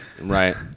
right